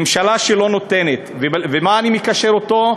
ממשלה שלא נותנת, ולְמה אני מקשר את זה?